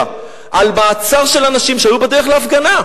על מעצר של אנשים שהיו בדרך להפגנה.